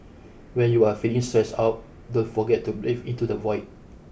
when you are feeling stressed out don't forget to breathe into the void